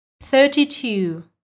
Thirty-two